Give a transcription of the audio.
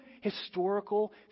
historical